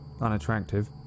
unattractive